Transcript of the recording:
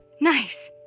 Nice